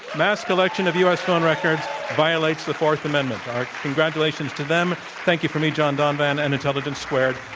mass collection of u. s. phone records violates the fourth amendment. our congratulations to them. thank you from me, john donvan, and intelligence squared.